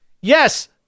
Yes